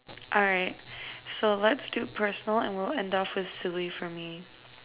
alright let's do personal and we'll end off with silly from me